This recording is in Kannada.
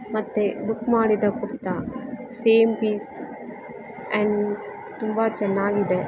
ಮತ್ತು ಬುಕ್ ಮಾಡಿದ ಕುರ್ತಾ ಸೇಮ್ ಪೀಸ್ ಆ್ಯಂಡ್ ತುಂಬಾ ಚೆನ್ನಾಗಿದೆ